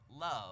love